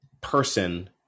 person